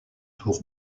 tour